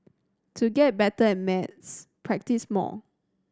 to get better at maths practise more